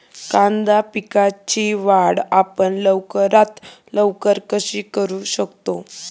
कांदा पिकाची वाढ आपण लवकरात लवकर कशी करू शकतो?